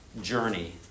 journey